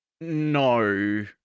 no